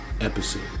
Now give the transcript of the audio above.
episode